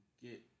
get